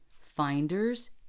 Finders